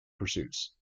pursuits